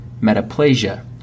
metaplasia